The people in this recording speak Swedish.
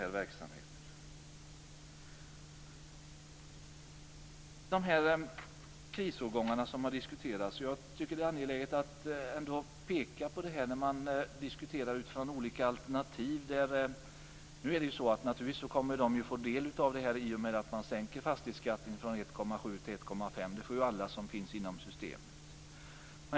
När det gäller de krisårgångar som här har diskuterats tycker jag att det är angeläget att peka på en sak. Man diskuterar utifrån olika alternativ. Naturligtvis kommer de aktuella årgångarna att få del av förändringarna i och med att fastighetsskatten sänks från 1,7 % till 1,5 %. Alla som finns i systemet får del av det.